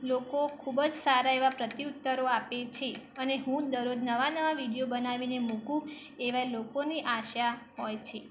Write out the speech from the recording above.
લોકો ખૂબ જ સારા એવા પ્રત્યુત્તર આપે છે અને હું દરરોજ નવા નવા વિડીયો બનાવીને મૂકું એવા લોકોને આશા હોય છે